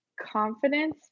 confidence